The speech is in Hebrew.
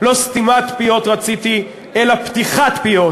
לא סתימת פיות רציתי אלא פתיחת פיות,